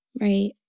Right